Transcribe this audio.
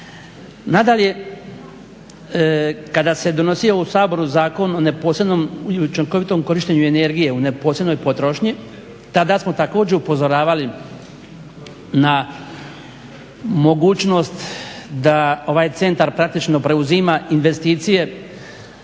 Nadalje, kada se donosio u Saboru Zakon o neposrednom i učinkovitom korištenju energije u neposrednoj potrošnji tada smo također upozoravali na mogućnost da ovaj centar praktično preuzima investicije